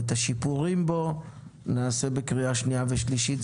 ואת השיפורים בו נעשה בהכנה לקריאה השנייה והשלישית.